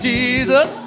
Jesus